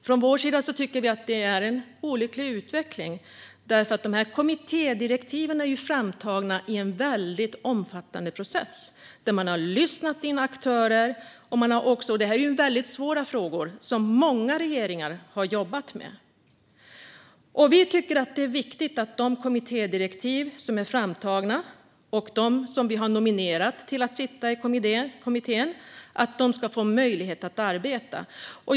Från vår sida tycker vi att detta är en olycklig utveckling, eftersom de här kommittédirektiven är framtagna i en väldigt omfattande process där man har lyssnat på olika aktörer. Det här är väldigt svåra frågor som många regeringar har jobbat med. Vi tycker att det är viktigt att de som vi har nominerat till att sitta i kommittén ska få möjlighet att arbeta i enlighet med de kommittédirektiv som är framtagna.